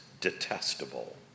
detestable